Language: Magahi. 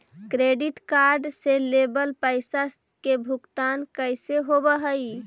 क्रेडिट कार्ड से लेवल पैसा के भुगतान कैसे होव हइ?